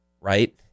right